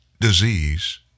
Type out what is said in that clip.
disease